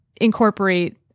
incorporate